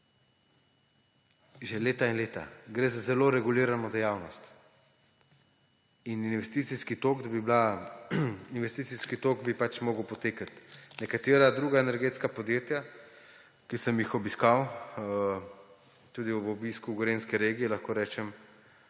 Že leta in leta. Gre za zelo regulirano dejavnost. In investicijski tok bi pač moral potekati. Nekatera druga energetska podjetja, ki sem jih obiskal, tudi ob obisku gorenjske regije, lahko rečem,